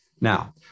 Now